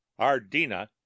Ardina